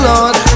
Lord